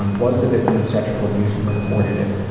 and was the victim of sexual abuse and reported it.